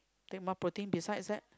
take more protein besides that